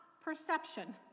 perception